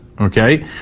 Okay